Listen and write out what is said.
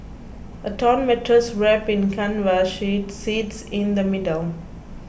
a torn mattress wrapped in canvas sheets sits in the middle